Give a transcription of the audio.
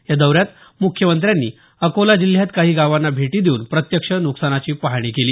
या दौऱ्यात मुख्यमंत्र्यांनी अकोला जिल्ह्यात काही गावांना भेटी देऊन प्रत्यक्ष नुकसानाची पाहणी केली